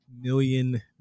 million